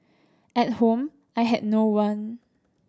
at home I had no one